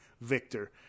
victor